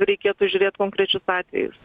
reikėtų žiūrėt konkrečius atvejus